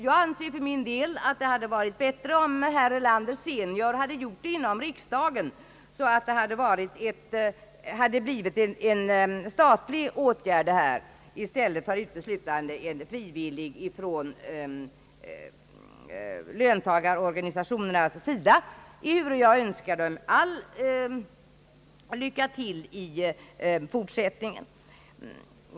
Jag anser för min del att det varit bättre, om herr Erlander senior hade gjort det inom riksdagen, så att det hela hade blivit en statlig åtgärd 1 stället för uteslutande en frivillig sådan från löntagarorganisationernas sida. Men jag önskar dem lycka till i fortsättningen.